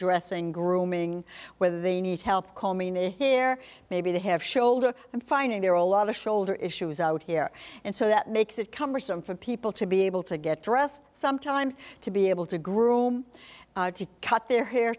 dressing grooming where they need help colm meaney here maybe they have shoulder i'm finding there are a lot of shoulder issues out here and so that makes it cumbersome for people to be able to get dressed sometimes to be able to groom to cut their hair